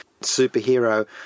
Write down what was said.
superhero